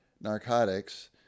narcotics